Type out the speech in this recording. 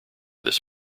this